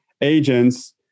agents